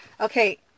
okay